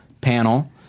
panel